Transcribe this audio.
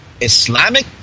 Islamic